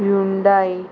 Hyundai